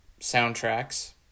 soundtracks